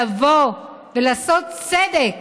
לבוא ולעשות צדק